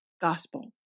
gospel